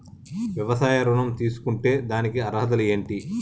వ్యవసాయ ఋణం తీసుకుంటే దానికి అర్హతలు ఏంటి?